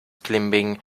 climbing